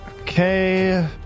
okay